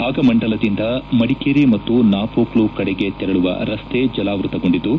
ಭಾಗಮಂಡಲದಿಂದ ಮಡಿಕೇರಿ ಮತ್ತು ನಾಪೋಕ್ಲ ಕಡೆಗೆ ತೆರಳುವ ರಸ್ತೆ ಜಲಾವೃತಗೊಂಡಿದ್ದು